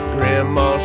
Grandma